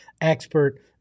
expert